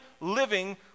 living